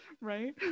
Right